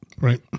Right